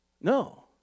No